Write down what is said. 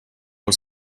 was